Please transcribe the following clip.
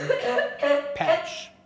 Patch